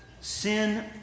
sin